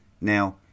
Now